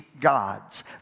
gods